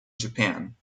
japan